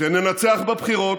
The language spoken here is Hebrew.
כשננצח בבחירות,